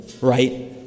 right